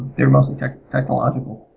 they were mostly technological.